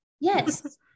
yes